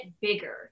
bigger